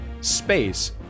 space